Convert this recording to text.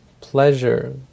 pleasure